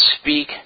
speak